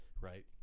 Right